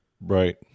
Right